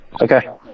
Okay